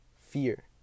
fear